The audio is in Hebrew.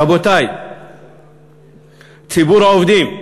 רבותי ציבור העובדים,